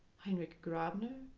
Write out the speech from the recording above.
heinrich grabner,